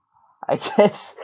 I guess